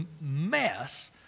mess